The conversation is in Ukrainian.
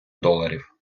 доларів